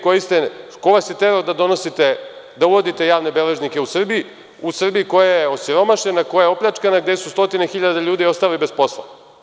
Ko vas je terao da uvodite javne beležnike u Srbiji, u Srbiji koja je osiromašena, koja je opljačkana, gde su stotine hiljada ljudi ostali bez posla.